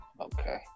Okay